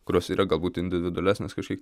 kurios yra galbūt individualesnės kažkiek